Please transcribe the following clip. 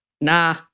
nah